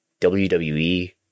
WWE